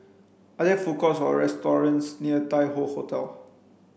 are there food courts or restaurants near Tai Hoe Hotel